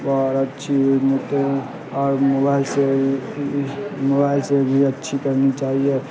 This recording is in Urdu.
اور اچھی اور موبائل سے موبائل سے بھی اچھی کرنی چاہیے